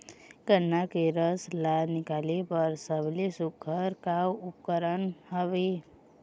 गन्ना के रस ला निकाले बर सबले सुघ्घर का उपकरण हवए?